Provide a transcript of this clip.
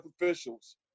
officials